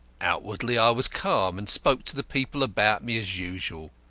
outwardly i was calm, and spoke to the people about me as usual.